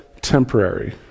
temporary